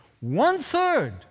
One-third